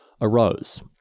arose